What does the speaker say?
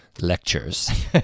lectures